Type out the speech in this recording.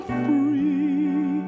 free